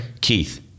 Keith